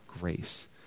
grace